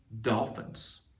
Dolphins